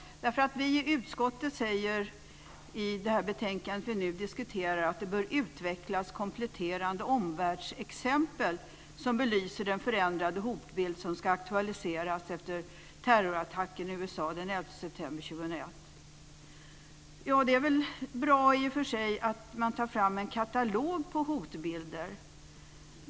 Utskottet säger i det betänkande vi nu diskuterar att det bör utvecklas kompletterande omvärldsexempel som belyser den förändrade hotbild som ska aktualiseras efter terrorattacken i USA den 11 september Ja, det är väl bra i och för sig att ta fram en katalog på hotbilder.